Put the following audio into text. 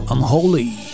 Unholy